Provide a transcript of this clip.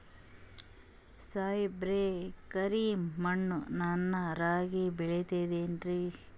ಸಾಹೇಬ್ರ, ಕರಿ ಮಣ್ ನಾಗ ರಾಗಿ ಬೆಳಿತದೇನ್ರಿ?